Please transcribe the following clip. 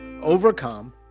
overcome